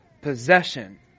possession